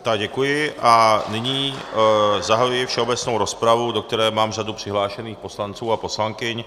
Tak, děkuji a nyní zahajuji všeobecnou rozpravu, do které mám řadu přihlášených poslanců a poslankyň.